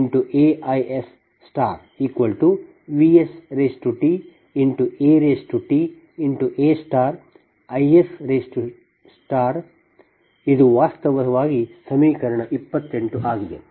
ಅಲ್ಲದೆ SVpTIpAVsTAIsVsTATAIs ಇದು ವಾಸ್ತವವಾಗಿ ಸಮೀಕರಣ 28 ಆಗಿದೆ